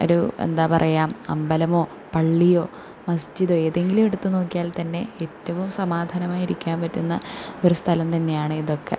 ഒരു എന്താ പറയ്യാ അമ്പലമോ പള്ളിയോ മസ്ജിദോ ഏതെങ്കിലും എടുത്തു നോക്കിയാൽ തന്നെ ഏറ്റവും സമാധാനമായിരിക്കാൻ പറ്റുന്ന ഒരു സ്ഥലം തന്നെയാണ് ഇതൊക്കെ